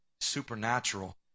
supernatural